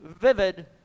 vivid